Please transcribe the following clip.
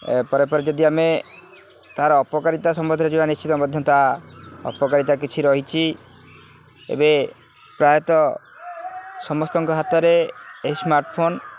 ପରେ ପରେ ଯଦି ଆମେ ତାର ଅପକାରିତା ସମ୍ବନ୍ଧରେ ଯିବା ନିଶ୍ଚିତ ମଧ୍ୟ ତା ଅପକାରିତା କିଛି ରହିଛି ଏବେ ପ୍ରାୟତଃ ସମସ୍ତଙ୍କ ହାତରେ ଏହି ସ୍ମାର୍ଟଫୋନ୍